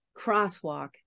Crosswalk